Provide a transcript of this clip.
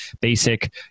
basic